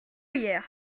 hier